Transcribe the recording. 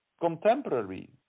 contemporary